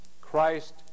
Christ